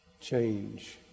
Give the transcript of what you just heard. change